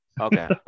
Okay